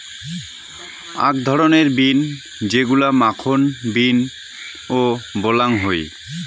আক ধরণের বিন যেইগুলা মাখন বিন ও বলাং হই